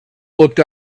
looked